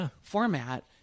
format